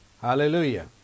Hallelujah